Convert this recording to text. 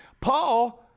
Paul